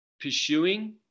pursuing